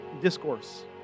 discourse